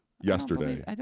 yesterday